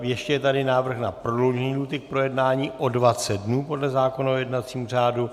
Ještě je tady návrh na prodloužení lhůty k projednání o 20 dnů podle zákona o jednacím řádu.